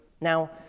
now